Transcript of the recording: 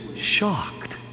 shocked